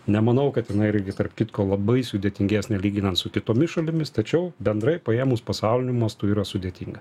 nemanau kad jinai irgi tarp kitko labai sudėtingesnė lyginant su kitomis šalimis tačiau bendrai paėmus pasauliniu mastu yra sudėtinga